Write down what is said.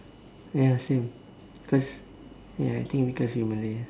ya same cause ya I think because you Malay ah